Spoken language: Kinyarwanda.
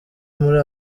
muri